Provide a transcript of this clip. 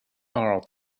are